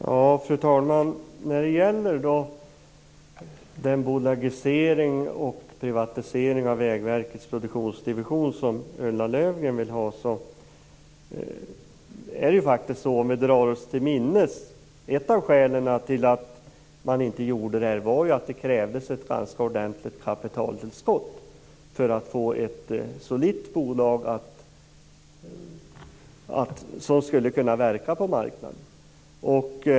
Fru talman! När det gäller den bolagisering och privatisering av Vägverkets produktionsdivision som Ulla Löfgren vill ha kan vi dra oss till minnes att ett av skälen till att man inte gjorde det var att det krävdes ett ganska ordentligt kapitaltillskott för att få ett solitt bolag som skulle kunna verka på marknaden.